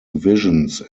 visions